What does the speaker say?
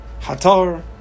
Hatar